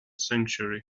sanctuary